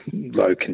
low